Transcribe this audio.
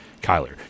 Kyler